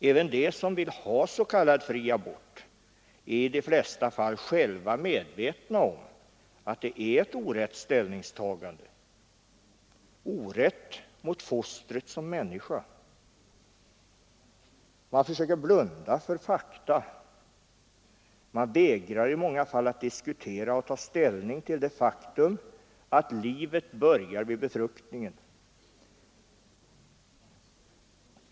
Även de som vill ha s.k. fri abort är i de flesta fall själva medvetna om att det är ett orätt ställningstagande — orätt mot fostret som människa. De försöker att blunda för fakta. De vägrar i många fall att diskutera och ta ställning till det faktum att livet börjar vid befruktningen.